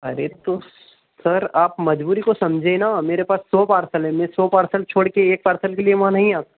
अरे तो सर आप मजबूरी को समझे ना मेरे पास सौ पार्सल है में सौ पार्सल छोड़ के एक पार्सल के लिए वहाँ नहीं आ सकता